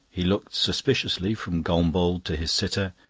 he looked suspiciously from gombauld to his sitter,